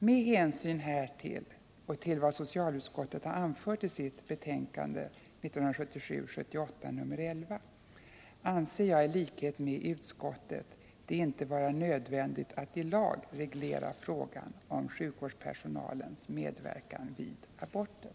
Med hänsyn härtill och till vad socialutskottet har anfört i sitt betänkande SoU 1977/78:11 anser jag i likhet med utskottet det inte vara nödvändigt att i lag reglera frågan om sjukvårdspersonalens medverkan vid aborter.